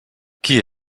qui